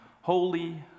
Holy